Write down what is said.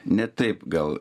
ne taip gal